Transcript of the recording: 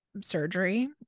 surgery